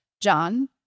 John